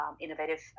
innovative